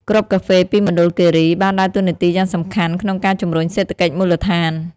គ្រាប់កាហ្វេពីមណ្ឌលគិរីបានដើរតួនាទីយ៉ាងសំខាន់ក្នុងការជំរុញសេដ្ឋកិច្ចមូលដ្ឋាន។